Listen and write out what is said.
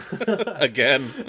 Again